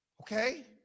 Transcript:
Okay